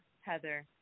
Heather